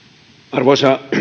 arvoisa